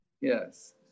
Yes